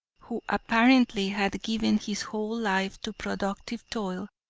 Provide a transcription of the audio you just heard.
who apparently had given his whole life to productive toil,